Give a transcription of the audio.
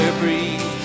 breathe